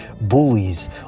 Bullies